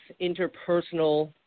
interpersonal